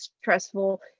stressful